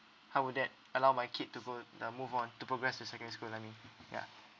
how would that allow my kid to go uh move on to progress to second school lah I mean ya